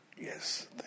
Yes